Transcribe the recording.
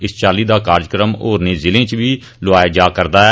इस्सै चाल्ली दा कार्यक्रम होरने जिलें च बी लोआया जा'रदा ऐ